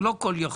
הוא לא כל יכול.